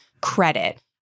credit